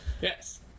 Yes